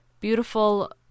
beautiful